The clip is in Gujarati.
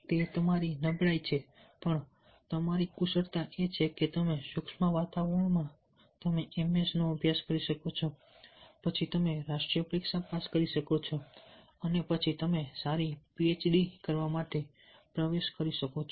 તે તમારી નબળાઈ છે પણ તમારી કુશળતા એ છે કે તમે સૂક્ષ્મ વાતાવરણમાં તમે એમએસ નો અભ્યાસ કરી શકો છો પછી તમે રાષ્ટ્રીય પરીક્ષા પાસ કરી શકો છો અને પછી તમે સારી સંસ્થામાં PHD કરવા માટે પ્રવેશ કરી શકો છો